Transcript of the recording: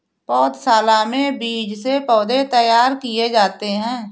पौधशाला में बीज से पौधे तैयार किए जाते हैं